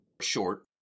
short